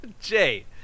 Jay